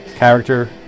Character